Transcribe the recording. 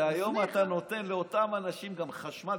והיום אתה נותן לאותם אנשים גם חשמל.